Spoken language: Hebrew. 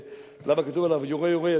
למה כתוב עליו "יורה יורה,